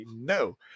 no